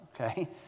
Okay